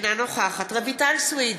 אינה נוכחת רויטל סויד,